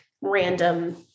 random